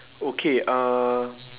okay uh